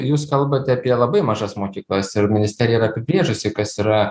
jūs kalbate apie labai mažas mokyklas ir ministerija yra apibrėžusi kas yra